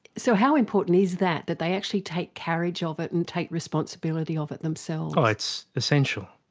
so how important is that, that they actually take carriage of it and take responsibility of it themselves? ah it's essential,